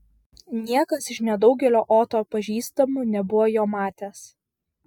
niekas iš nedaugelio oto pažįstamų nebuvo jo matęs